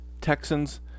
Texans